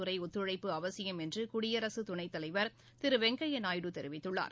துறை ஒத்துழைப்பு அவசியம் என்று குடியரசு துணைத்தலைவர் திரு வெங்கையா நாயுடு தெரிவித்துள்ளார்